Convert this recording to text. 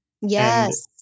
Yes